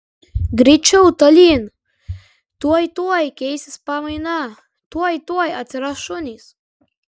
greičiau tolyn tuoj tuoj keisis pamaina tuoj tuoj atsiras šunys